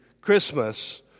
Christmas